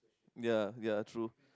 ya ya true